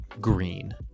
green